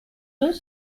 deux